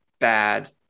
bad